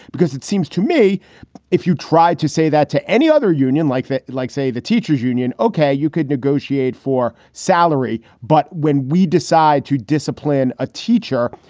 because it seems to me if you tried to say that to any other union like that, like, say, the teachers union, ok, you could negotiate for salary. but when we decide to discipline a teacher,